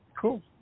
Cool